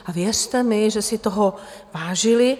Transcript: A věřte mi, že si toho vážili.